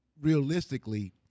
realistically